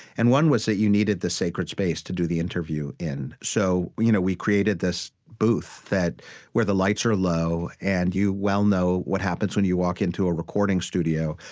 and one was that you needed the sacred space to do the interview in. so we you know we created this booth that where the lights are low, and you well know what happens when you walk into a recording studio.